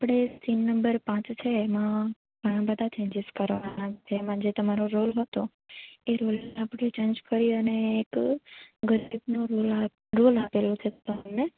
આપણે scene number પાંચ છે એમાં ઘણા બધા ચેન્જીસ કરવાના છે જેમાં જે તમારો રોલ હતો એ રોલ આપણે ચેન્જ કરીએ અને એ રોલ ગરીબનું રોલ આપેલું છે તમને